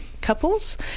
couples